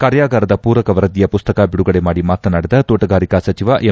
ಕಾರ್ಯಾಗಾರದ ಪೂರಕ ವರದಿಯ ಪುಸ್ತಕ ಬಿಡುಗಡೆ ಮಾಡಿ ಮಾತನಾಡಿದ ತೋಟಗಾರಿಕಾ ಸಚಿವ ಎಂ